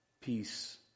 peace